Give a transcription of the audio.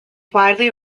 widely